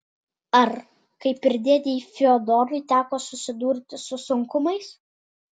ar kaip ir dėdei fiodorui teko susidurti su sunkumais